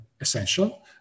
essential